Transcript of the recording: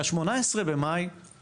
מה- 18.1 אנחנו